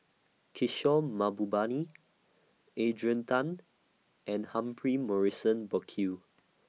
Kishore Mahbubani Adrian Tan and Humphrey Morrison Burkill